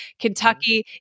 Kentucky